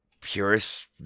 purists